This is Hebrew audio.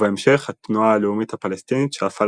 ובהמשך התנועה הלאומית הפלסטינית שאפה